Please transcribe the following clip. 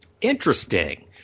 Interesting